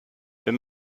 wenn